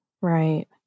right